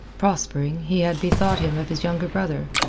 prospering, he had bethought him of his younger brother,